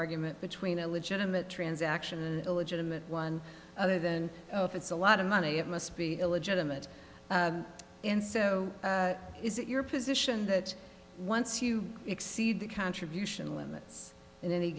argument between a legitimate transaction a legitimate one other than if it's a lot of money it must be illegitimate and so is it your position that once you exceed the contribution limits in any